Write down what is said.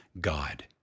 God